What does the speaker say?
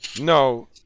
No